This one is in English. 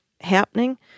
happening